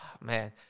Man